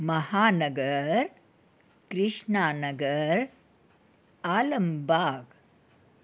Mahanagar Krishna Nagar Alambagh